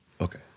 Okay